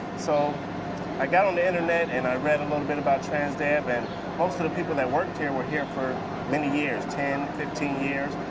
so i got on the internet, and i read a little bit about transdev. and most of the people that worked here were here for many years, ten, fifteen years,